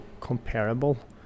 comparable